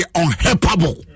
unhelpable